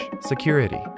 security